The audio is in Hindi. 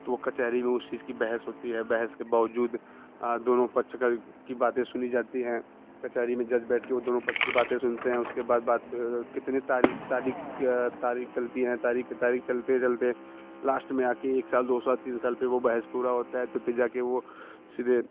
तो वो कचहरी में उस चीज़ की बहस होती है बहस के बावजूद दोनों पक्ष का की बातें सुनी जाती हैं कचहरी में जज बैठ के वाे दोनों पक्ष की बातें सुनते हैं उसके बाद बात कितने तारीख़ तारीख़ तारीख़ चलती हैं तारीख़ पर तारीख़ चलते चलते लाश्ट में आ के एक साल दो साल तीन साल पर वो बहस पूरी होती है तो फिर जा के वो सीधे